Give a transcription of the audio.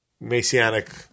messianic